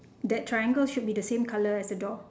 that triangle should be the same colour as the door